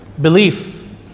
belief